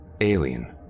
alien